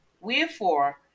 Wherefore